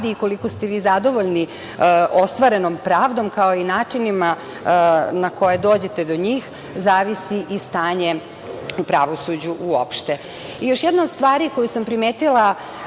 i koliko ste vi zadovoljni ostvarenom pravdom, kao i načinima na koje dođete do njih zavisi i stanje u pravosuđu uopšte. Još jedna od stvari koju sam primetila